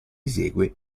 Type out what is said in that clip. esegue